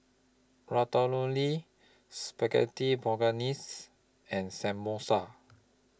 Spaghetti Bolognese and Samosa